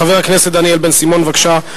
חבר הכנסת דניאל בן-סימון, בבקשה.